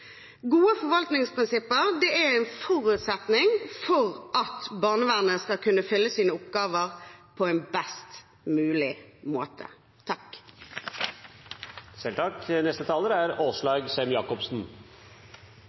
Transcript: Gode forvaltningsprinsipper er en forutsetning for at barnevernet skal kunne fylle sine oppgaver på en best mulig måte. Først og fremst vil jeg takke SV for å ha fremmet dette forslaget. Barnevernet er